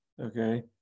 Okay